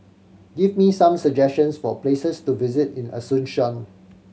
give me some suggestions for places to visit in Asuncion